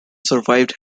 survived